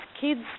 Kids